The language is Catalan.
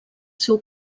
seu